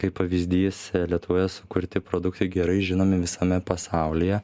kaip pavyzdys lietuvoje sukurti produktai gerai žinomi visame pasaulyje